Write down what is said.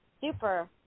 super